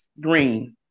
Green